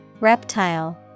Reptile